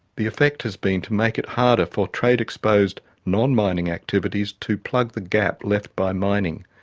the effect has been to make it harder for trade-exposed non-mining activities to plug the gap left by mining.